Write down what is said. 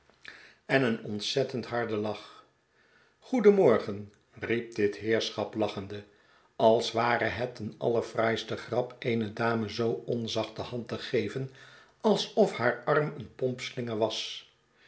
en een ontzettend harden lach goedenmorgen riep dit heerschap lachende als ware het eene allerfraaiste grap eene dame zoo onzacht de hand te geven alsof haar arm een pompslinger was